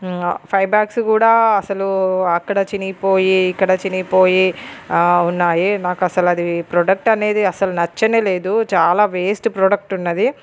five bags కూడా అస్సలు అక్కడ చిరిగిపోయి ఇక్కడ చిరిగిపోయి ఉన్నాయి నాకు అసలు అది ప్రోడక్ట్ అనేది అసలు నచ్చనే లేదు చాలా వేస్ట్ ప్రోడక్ట్ ఉన్నది